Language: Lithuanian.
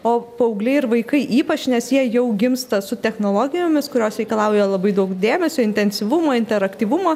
o paaugliai ir vaikai ypač nes jie jau gimsta su technologijomis kurios reikalauja labai daug dėmesio intensyvumo interaktyvumo